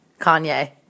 Kanye